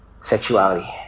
sexuality